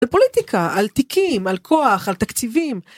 פוליטיקה על תיקים על כוח על תקציבים.